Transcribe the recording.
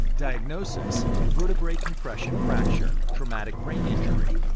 diagnosis vertebrae compression fracture, traumatic brain injury,